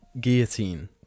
guillotine